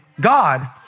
God